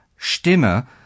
stimme